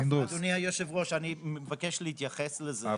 אדוני היושב ראש, אני מבקש להתייחס לזה.